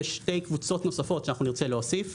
יש שתי קבוצות נוספות שנרצה להוסיף,